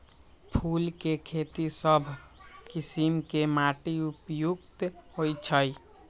फूल के खेती सभ किशिम के माटी उपयुक्त होइ छइ